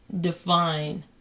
define